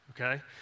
okay